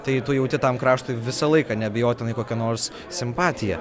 tai tu jauti tam kraštui visą laiką neabejotinai kokią nors simpatiją